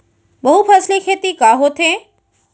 बहुफसली खेती का होथे?